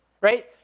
right